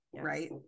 Right